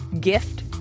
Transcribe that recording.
gift